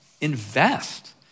invest